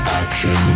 action